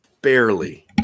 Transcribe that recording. barely